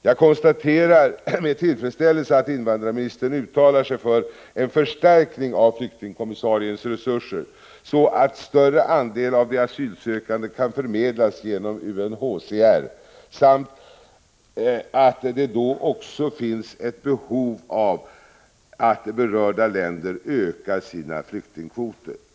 Jag konstaterar med tillfredsställelse att invandrarministern uttalar sig för en förstärkning av flyktingkommissariens resurser, så att en större andel av de asylsökande kan förmedlas genom UNHCR samt att det då också finns ett behov av att berörda länder ökar sina flyktingkvoter.